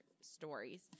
stories